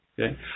okay